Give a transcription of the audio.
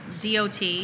DOT